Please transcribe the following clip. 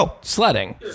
sledding